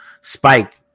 Spike